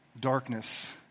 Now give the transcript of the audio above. Darkness